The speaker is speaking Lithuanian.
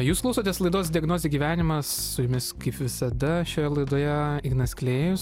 jūs klausotės laidos diagnozė gyvenimas su jumis kaip visada šioje laidoje ignas klėjus